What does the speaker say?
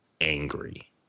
angry